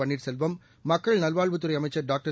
பன்னீர்செல்வம் மக்கள் நல்வாழ்வுத்துறை அமைச்சர் டாக்டர்